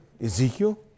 Ezekiel